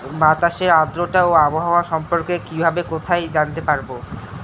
বাতাসের আর্দ্রতা ও আবহাওয়া সম্পর্কে কিভাবে কোথায় জানতে পারবো?